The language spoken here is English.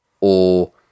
or-